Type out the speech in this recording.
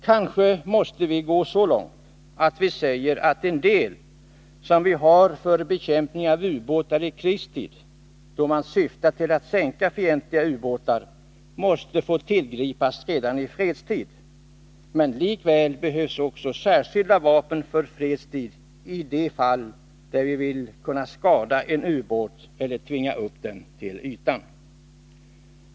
Kanske måste vi gå så långt att vi säger att en del medel som vi har för bekämpning av ubåtar i krigstid — då man syftar till att sänka fientliga ubåtar — måste få tillgripas redan i fredstid. Men likväl behövs också särskilda vapen för fredstid, i de fall där vi vill kunna skada en ubåt eller tvinga upp den till ytan.